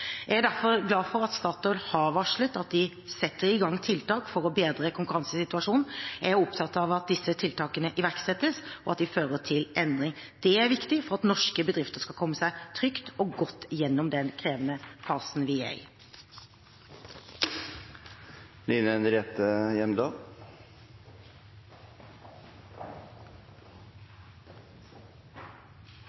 Jeg er derfor glad for at Statoil har varslet at de setter i gang tiltak for å bedre konkurransesituasjonen. Jeg er opptatt av at disse tiltakene iverksettes, og at de fører til endring. Det er viktig for at norske bedrifter skal komme seg trygt og godt gjennom den krevende fasen vi er i.